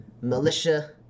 militia